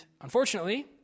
unfortunately